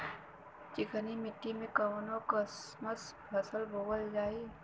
चिकनी मिट्टी में कऊन कसमक फसल बोवल जाई?